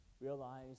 Realize